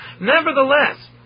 Nevertheless